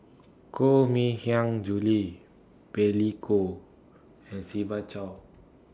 Koh MI Hiang Julie Billy Koh and Siva Choy